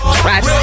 Right